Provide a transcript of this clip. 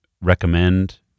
recommend